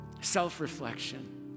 self-reflection